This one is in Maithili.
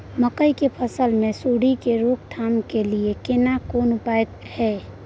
मकई की फसल मे सुंडी के रोक थाम के लिये केना कोन उपाय हय?